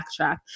backtrack